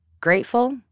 Grateful